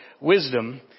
wisdom